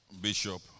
Bishop